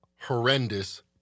horrendous